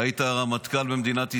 אתה היית רמטכ"ל במדינת ישראל,